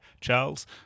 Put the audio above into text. Charles